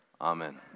Amen